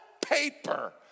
paper